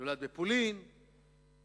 נולד בפולין ב-1902,